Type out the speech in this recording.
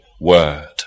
word